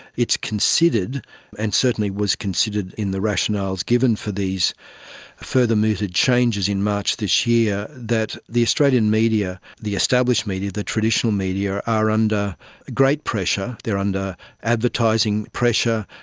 it's considered and certainly was considered in the rationales given for these further mooted changes in march this year that the australian media, the established media, the traditional media, are under great pressure, they are under advertising pressure,